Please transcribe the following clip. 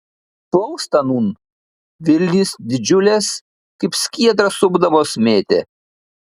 plaustą nūn vilnys didžiulės kaip skiedrą supdamos mėtė